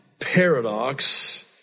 paradox